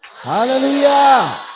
Hallelujah